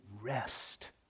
rest